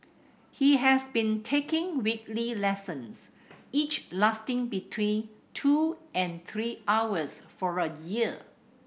he has been taking weekly lessons each lasting between two and three hours for a year